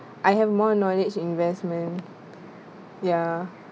I have more knowledge in investment ya